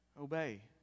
Obey